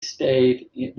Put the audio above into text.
stayed